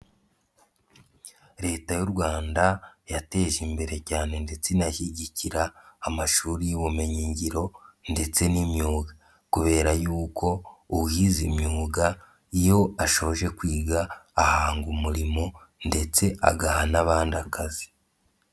Leta y'u Rwanda yateje imbere cyane ndetse inashyigikira amashuri y'ubumenyingiro ndetse n'imyuga, kubera yuko uwize imyuga iyo ashoje kwiga ahanga umurimo ndetse agaha n'abandi akazi.